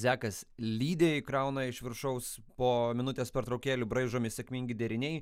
zekas leday krauna iš viršaus po minutės pertraukėlių braižomi sėkmingi deriniai